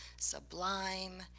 sublime,